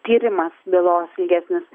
tyrimas bylos ilgesnis